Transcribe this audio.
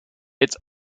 its